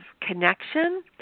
connection